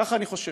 ככה אני חושב.